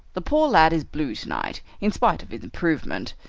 the poor lad is blue tonight, in spite of his improvement.